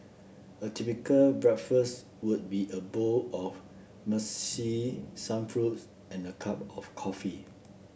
a typical breakfast would be a bowl of muesli some fruits and a cup of coffee